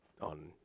on